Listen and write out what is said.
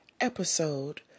episode